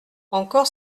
encore